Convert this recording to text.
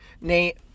Nate